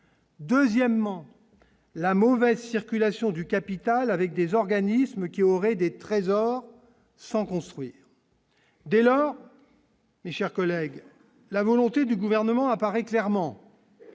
deuxièmement la mauvaise circulation du capital avec des organismes qui aurait des trésors sans construire dès et chers collègues, la volonté du gouvernement apparaît clairement